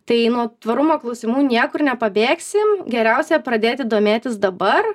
tai nuo tvarumo klausimų niekur nepabėgsim geriausia pradėti domėtis dabar